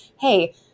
hey